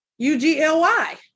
U-G-L-Y